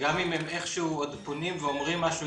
וגם אם הם איכשהו עוד פונים ואומרים משהו,